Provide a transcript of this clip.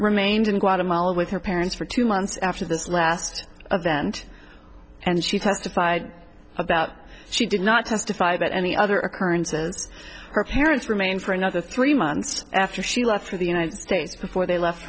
remained in guatemala with her parents for two months after this last event and she testified about she did not testify about any other occurrences her parents remain for another three months after she left for the united states before they left